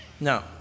No